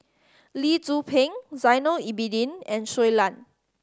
Lee Tzu Pheng Zainal Abidin and Shui Lan